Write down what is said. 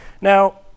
now